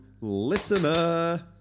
listener